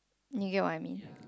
you get what I mean